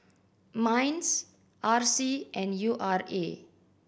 MINDS R C and U R A